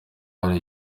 hari